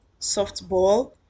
softball